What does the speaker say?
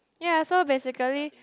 ya so basically